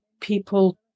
people